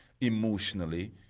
emotionally